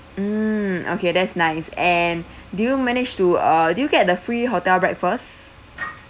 mm okay that's nice and do you manage to uh do you get the free hotel breakfast